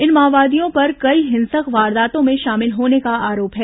इन माओवादियों पर कई हिंसक वारदातों में शाभिल होने का आरोप है